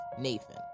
Nathan